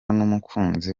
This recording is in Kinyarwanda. n’umukunzi